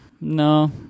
No